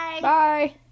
Bye